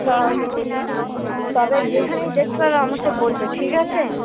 তা তবে যেখানেই দেখতে পাবে আমাকে বলবে ঠিক আছে